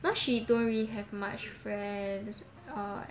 now she don't really have much friends err